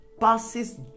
passes